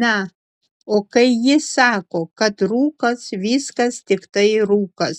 na o kai jis sako kad rūkas viskas tiktai rūkas